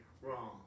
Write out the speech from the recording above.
wrong